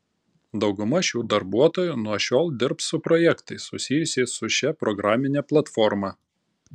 dauguma šių darbuotojų nuo šiol dirbs su projektais susijusiais su šia programine platforma